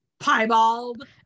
Piebald